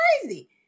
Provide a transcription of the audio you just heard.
crazy